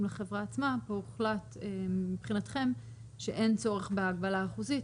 בחברה עצמה הוחלט שמבחינתכם אין צורך בהגבלה האחוזית,